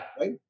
Right